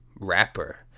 rapper